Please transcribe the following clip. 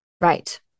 Right